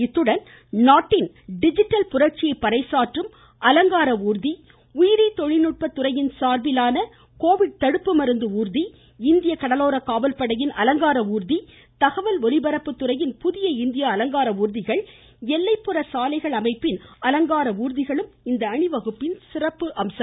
இத்துடன் நாட்டின் டிஜிட்டல் புரட்சியை பறைசாற்றும் அலங்கார ஊர்தி உயிரி தொழில்நுட்ப துறை சார்பில் கோவிட் தடுப்பு மருந்து ஊர்தி இந்திய கடலோர காவல்படையின் அலங்கார ஊர்தி தகவல் ஒளிபரப்புத்துறையின் புதிய இந்தியா அலங்கார ஊர்திகள் எல்லைப்புற சாலைகள் அமைப்பின் அலங்கார ஊர்தியும் இந்த அணிவகுப்பின் சிறப்பம்சங்கள்